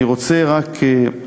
אני רוצה רק,